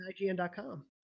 IGN.com